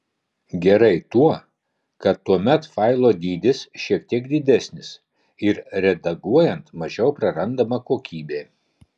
gerai tuo kad tuomet failo dydis šiek tiek didesnis ir redaguojant mažiau prarandama kokybė